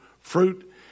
fruit